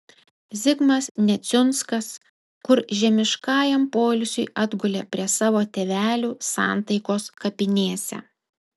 zigmas neciunskas kur žemiškajam poilsiui atgulė prie savo tėvelių santaikos kapinėse